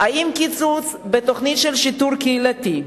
האם קיצוץ בתוכנית של שיטור קהילתי,